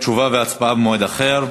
תשובה והצבעה במועד אחר.